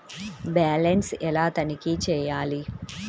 Balance ఎలా తనిఖీ చేయాలి?